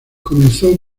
comenzó